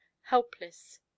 helpless